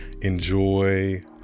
Enjoy